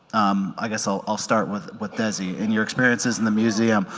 um i guess i'll i'll start with what desi and your experiences in the museum.